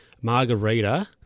Margarita